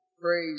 Praise